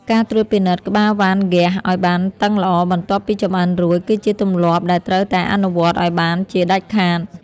ការត្រួតពិនិត្យក្បាលវ៉ានហ្គាសឱ្យបានតឹងល្អបន្ទាប់ពីចម្អិនរួច គឺជាទម្លាប់ដែលត្រូវតែអនុវត្តឱ្យបានជាដាច់ខាត។